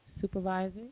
supervisor